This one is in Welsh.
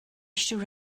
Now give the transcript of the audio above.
eistedd